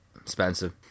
Expensive